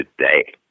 today